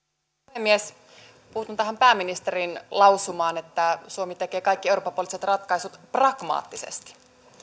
puhemies puutun tähän pääministerin lausumaan että suomi tekee kaikki eurooppa poliittiset ratkaisut pragmaattisesti